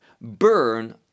burn